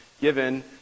given